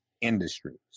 industries